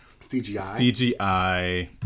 cgi